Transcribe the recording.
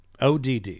ODD